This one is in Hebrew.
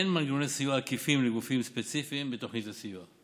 אין מנגנוני סיוע עקיפים לגופים ספציפיים בתוכנית הסיוע.